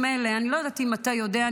אני לא יודעת אם אתה יודע,